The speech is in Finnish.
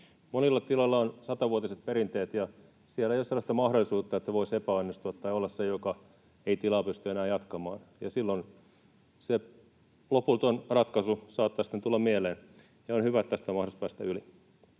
Monella tilalla on satavuotiset perinteet, ja siellä ei ole sellaista mahdollisuutta, että voisi epäonnistua tai olla se, joka ei tilaa pysty enää jatkamaan. Silloin se lopullinen ratkaisu saattaa sitten tulla mieleen, ja on hyvä, että tästä on mahdollista päästä yli.